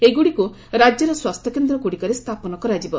ଏଗୁଡ଼ିକୁ ରାଜ୍ୟର ସ୍ୱାସ୍ଥ୍ୟକେନ୍ଦ୍ରଗୁଡ଼ିକରେ ସ୍ଥାପନ କରାଯିବ